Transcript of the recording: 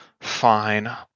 Fine